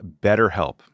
BetterHelp